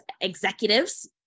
executives